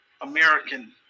American